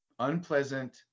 unpleasant